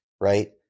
Right